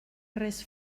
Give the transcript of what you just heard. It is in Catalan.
res